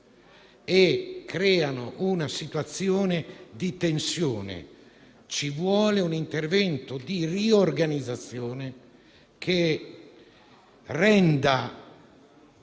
e creano una situazione di tensione. Ci vuole un intervento di riorganizzazione che preveda